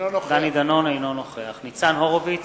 אינו נוכח ניצן הורוביץ,